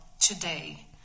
Today